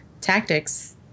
Tactics